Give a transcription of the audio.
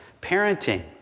Parenting